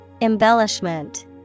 Embellishment